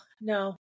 no